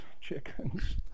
chickens